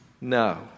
no